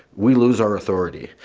we lost our authority.